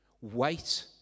wait